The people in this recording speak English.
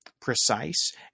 precise